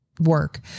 work